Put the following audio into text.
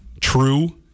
True